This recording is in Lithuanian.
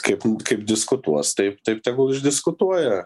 kaip kaip diskutuos taip taip tegul išdiskutuoja